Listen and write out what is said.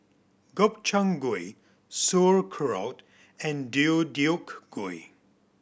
Gobchang Gui Sauerkraut and Deodeok Gui